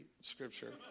scripture